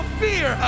fear